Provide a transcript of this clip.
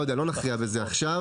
לא נכריע בזה עכשיו.